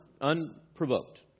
unprovoked